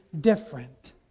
different